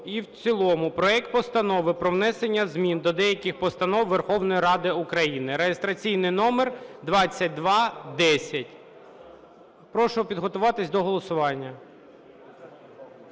і в цілому проект Постанови про внесення змін до деяких постанов Верховної Ради України (реєстраційний номер 2210). Прошу підготуватись до голосування.